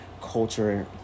culture